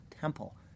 temple